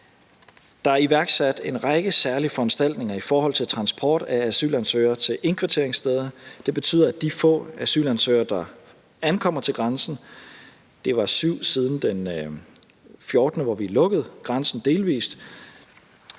Der er iværksat en række særlige foranstaltninger i forhold til transport af asylansøgere til indkvarteringssteder. Det betyder, at de få asylansøgere, der ankommer til grænsen – det var 7 siden den 14. marts, hvor vi lukkede grænsen delvist